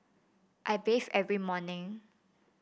I bathe every morning